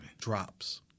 Drops